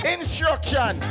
Instruction